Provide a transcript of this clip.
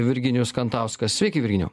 virginijus kantauskas sveiki virginijau